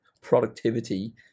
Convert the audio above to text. productivity